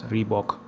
Reebok